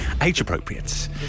Age-appropriate